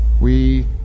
We